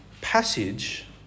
passage